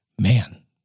Man